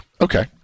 Okay